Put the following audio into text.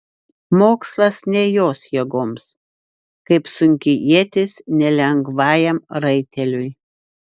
mokslas ne jos jėgoms kaip sunki ietis ne lengvajam raiteliui